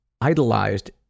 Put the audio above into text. idolized